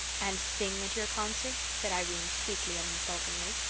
and sing at your concert? said irene sweetly and insultingly.